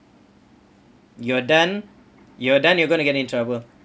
you're done you're done you going to get in trouble